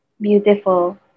Beautiful